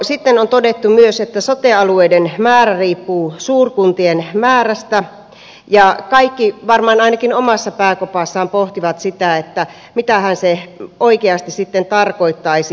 sitten on todettu myös että sote alueiden määrä riippuu suurkuntien määrästä ja kaikki varmaan ainakin omassa pääkopassaan pohtivat sitä mitähän se oikeasti sitten tarkoittaisi